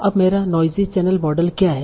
अब मेरा noisy channel model क्या है